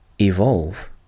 evolve